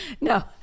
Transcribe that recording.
No